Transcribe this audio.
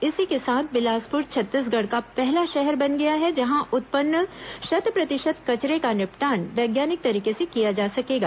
इसी के साथ बिलासपुर छत्तीसगढ़ का पहला शहर बन गया है जहां उत्पन्न शत प्रतिशत कचरे का निपटान वैज्ञानिक तरीके से किया जा सकेगा